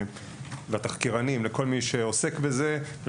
תודה גם לתחקירנים ולכל מי שמתעסק בזה.